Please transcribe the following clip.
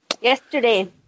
Yesterday